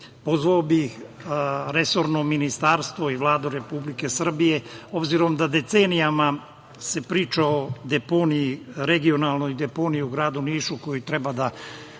bih resorno ministarstvo i Vladu Republike Srbije, obzirom da se decenijama priča o regionalnoj deponiji u gradu Nišu koju treba da